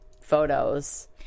photos